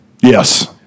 Yes